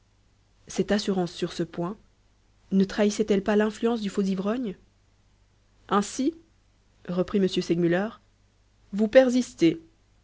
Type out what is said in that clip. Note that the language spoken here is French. cette assurance sur ce point ne trahissait elle pas l'influence du faux ivrogne ainsi reprit m segmuller vous persistez